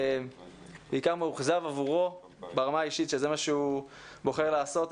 בעיקר מאוכזב עבורו ברמה האישית שזה מה שהוא בוחר לעשות.